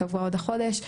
קבוע עוד החודש,